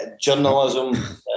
journalism